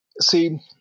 see